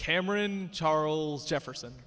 cameron charles jefferson